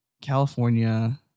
California